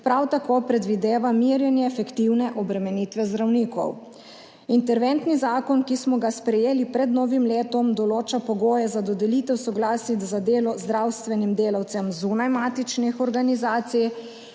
prav tako predvideva merjenje efektivne obremenitve zdravnikov. Interventni zakon, ki smo ga sprejeli pred novim letom, določa pogoje za dodelitev soglasij za delo zdravstvenim delavcem zunaj matičnih organizacij.